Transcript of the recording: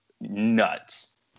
nuts